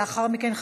ולאחר מכן,